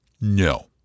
No